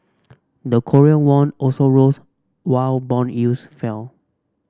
the Korean won also rose while bond yields fell